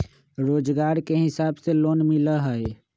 रोजगार के हिसाब से लोन मिलहई?